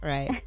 Right